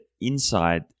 inside